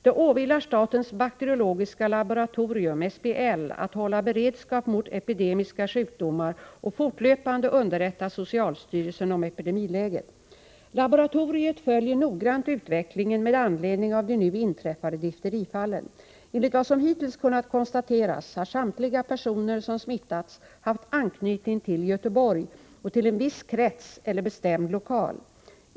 Det åvilar statens bakteriologiska laboratorium att hålla beredskap mot epidemiska sjukdomar och fortlöpande underrätta socialstyrelsen om epidemiläget. Laboratoriet följer noggrant utvecklingen med anledning av de nu inträffade difterifallen. Enligt vad som hittills kunnat konstateras har samtliga personer som smittats haft anknytning till Göteborg och till en viss krets eller bestämd lokal.